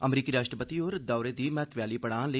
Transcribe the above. अमरीकी राश्ट्रपति होर दौरे दी महत्वै आली पडां लेई